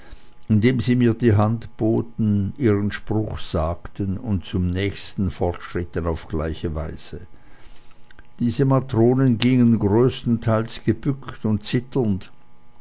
indem sie mir die hand boten ihren spruch sagten und zum nächsten fortschritten auf gleiche weise diese matronen gingen größtenteils gebückt und zitternd